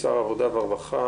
שר העבודה והרווחה